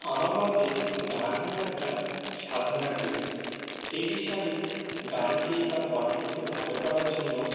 আমার মতে গান হলো একটা সাধনার জিনিস সেই হিসাবে গানকে বা কন্ঠকে ভালো করার জন্য